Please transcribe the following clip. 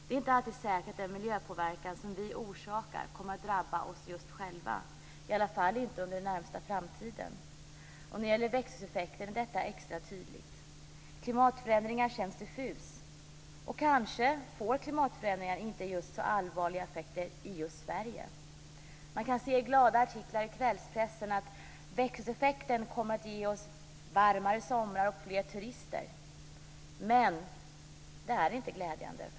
Det är inte alltid säkert att den miljöpåverkan som vi orsakar kommer att drabba just oss själva, i alla fall inte under den närmaste framtiden. När det gäller växthuseffekten är det extra tydligt. Klimatförändringen känns diffus, och kanske får inte klimatförändringar så allvarliga effekter i just Sverige. Man kan se positiva artiklar i kvällspressen om att växthuseffekten kommer att ge oss varmare somrar och fler turister. Men det är inte glädjande.